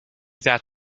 that